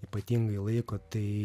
ypatingai laiko tai